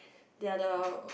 they are the